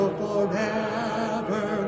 forever